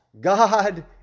God